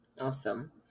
Awesome